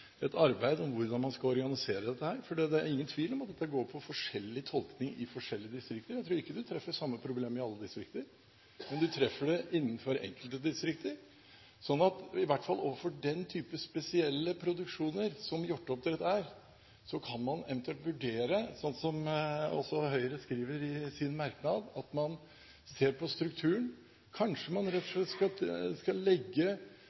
et arbeid om hvordan man skal organisere dette, for det er ingen tvil om at dette går på forskjellig tolkning i forskjellige distrikter. Jeg tror ikke du treffer på samme problem i alle distrikter, men du treffer på det innenfor enkelte distrikter. Så i hvert fall overfor den typen spesielle produksjoner som hjorteoppdrett er, kan man eventuelt vurdere – som Høyre skriver i en merknad – å se på strukturen. Kanskje man rett og slett skal legge